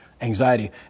anxiety